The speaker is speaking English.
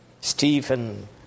Stephen